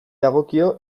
dagokio